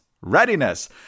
readiness